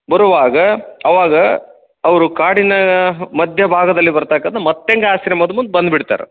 ಬರುವಾಗ ಅವಾಗ ಅವರು ಕಾಡಿನ ಮಧ್ಯ ಭಾಗದಲ್ಲಿ ಬರ್ತಕ್ಕಂಥ ಮತ್ತ್ಯಂಗ ಆಶ್ರಮದ ಮುಂದೆ ಬಂದ್ಬಿಡ್ತಾರಾ